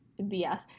BS